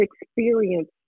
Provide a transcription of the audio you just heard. experience